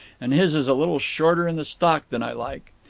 and his is a little shorter in the stock than i like.